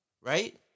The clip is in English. Right